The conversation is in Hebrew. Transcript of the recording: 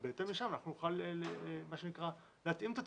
ובהתאם לשם אנחנו נוכל מה שנקרא להתאים את עצמנו.